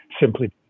Simply